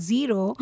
Zero